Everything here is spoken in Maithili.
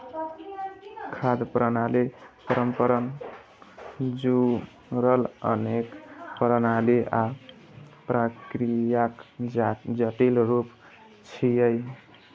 खाद्य प्रणाली परस्पर जुड़ल अनेक प्रणाली आ प्रक्रियाक जटिल रूप छियै